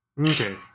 Okay